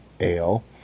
ale